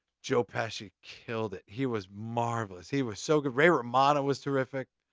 joe pesci killed it! he was marvelous. he was so good. ray romano was terrific.